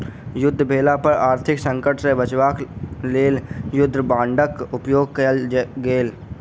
युद्ध भेला पर आर्थिक संकट सॅ बचाब क लेल युद्ध बांडक उपयोग कयल गेल